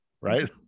right